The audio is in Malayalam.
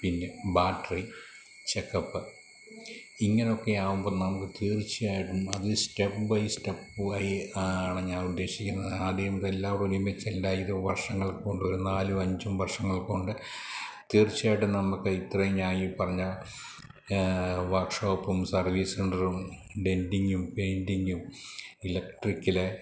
പിന്നെ ബാറ്റ്റി ചെക്കപ്പ് ഇങ്ങനെയൊക്കെ ആകുമ്പോൾ നമുക്ക് തീർച്ചയായിട്ടും അതിന് സ്റ്റെപ്പ് ബൈ സ്റ്റെപ്പ് ബൈ ആണ് ഞാൻ ഉദ്ദേശിക്കുന്നത് ആദ്യം ഇതെല്ലാം ഒരുമിച്ച് വർഷങ്ങൾ കൊണ്ട് വന്നാലും നാലും അഞ്ചും വർഷങ്ങൾ കൊണ്ട് തീർച്ചയായിട്ടും നമ്മൾക്ക് ഇത്രയും ഞാൻ ഈ പറഞ്ഞ വർക്ക്ഷോപ്പും സർവ്വീസ് സെൻ്ററും ഡെൻ്റിങ്ങും പെയ്ൻ്റിങ്ങും ഇലക്ട്രിക്കൽ